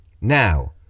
Now